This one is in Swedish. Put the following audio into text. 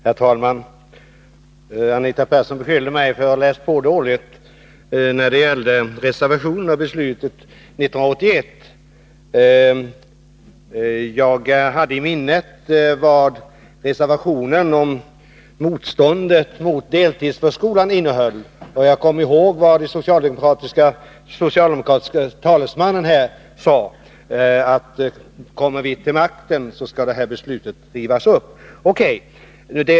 Herr talman! Anita Persson beskyllde mig för att dåligt ha läst på de socialdemokratiska reservationerna när beslutet togs 1981. Jag hade i minnet innehållet i reservationen om motståndet mot deltidsförskolan, och jag kom ihåg att den socialdemokratiske talesmannen sade att ”kommer vi till makten skall det här beslutet rivas upp”.